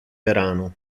verano